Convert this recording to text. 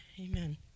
Amen